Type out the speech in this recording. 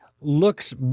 looks